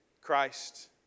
Christ